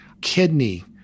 kidney